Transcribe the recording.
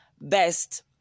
best